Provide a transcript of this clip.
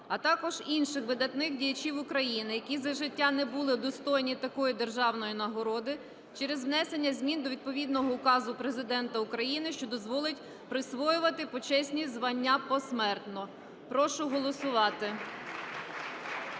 а також інших видатних діячів України, які за життя не були удостоєні такої державної нагороди, через внесення змін до відповідного Указу Президента України, що дозволить присвоювати почесні звання посмертно. Прошу голосувати.